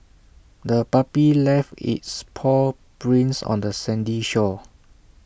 the puppy left its paw prints on the sandy shore